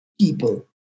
people